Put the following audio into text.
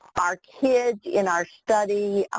our kids in our study,